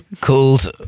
Called